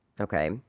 Okay